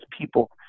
people